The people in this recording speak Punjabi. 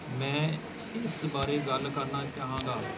ਮੈਂ ਇਸ ਬਾਰੇ ਗੱਲ ਕਰਨਾ ਚਾਹਾਂਗਾ